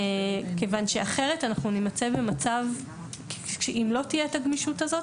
כיוון שאחרת אנחנו נימצא במצב שאם לא תהיה את הגמישות הזאת,